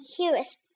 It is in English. curious